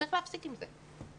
וצריך להפסיק עם זה.